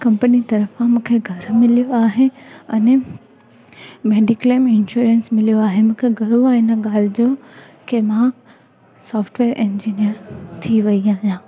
company तर्फ़ां मूंखे घरु मिलियो आहे अने मैडिक्लेम इंश्योरेंस मिलियो आहे मूंखे गर्व आहे हिन ॻाल्हि जो की मां सॉफ्टवेयर इंजीनियर थी वेई आहियां